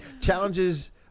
challenges